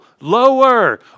lower